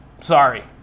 Sorry